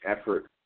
effort